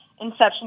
inception